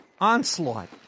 Onslaught